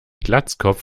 glatzkopf